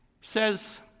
says